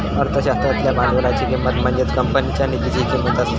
अर्थशास्त्रातल्या भांडवलाची किंमत म्हणजेच कंपनीच्या निधीची किंमत असता